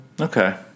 Okay